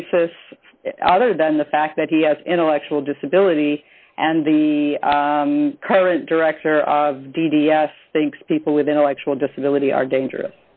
basis other than the fact that he has intellectual disability and the current director of d d s thinks people with intellectual disability are dangerous